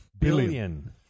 billion